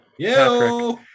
Patrick